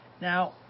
Now